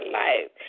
life